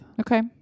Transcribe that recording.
Okay